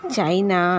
China